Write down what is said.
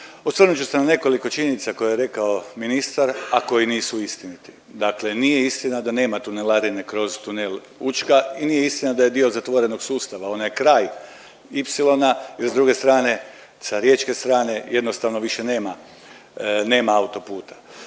Osvrnut ću se na nekoliko činjenica koje je rekao ministar, a koji nisu istiniti. Dakle nije istina da nema tunelarine kroz tunel Učka i nije istina da je dio zatvorenog sustava. Ona je kraj ipsilona jer s druge strane, sa riječke strane jednostavno više nema, nema autoputa.